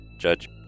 Judge